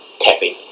tapping